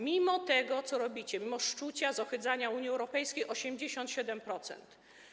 Mimo tego, co robicie, mimo szczucia, zohydzania Unii Europejskiej - 87%.